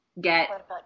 get